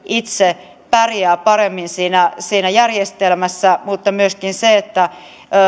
itse pärjää paremmin siinä siinä järjestelmässä mutta myöskin niin että